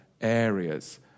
areas